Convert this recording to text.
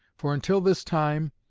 for until this time,